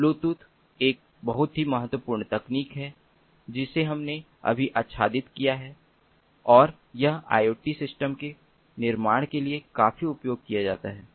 तो ब्लूटूथ एक बहुत ही महत्वपूर्ण तकनीक है जिसे हमने अभी आच्छादित किया है और यह IoT सिस्टम के निर्माण के लिए काफी उपयोग किया जाता है